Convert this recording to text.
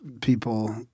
people